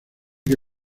que